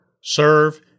serve